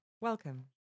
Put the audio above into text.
Welcome